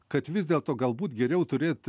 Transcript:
kad vis dėlto galbūt geriau turėt